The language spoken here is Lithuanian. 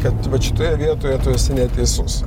kad vat šitoje vietoje tu esi neteisus